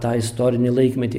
tą istorinį laikmetį